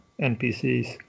NPCs